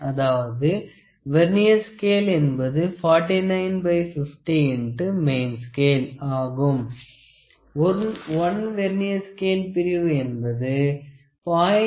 அதாவது vernier scale என்பது 4950 X main scale ஆகும் 1 வெர்னியர் ஸ்கேல் பிரிவு என்பது 0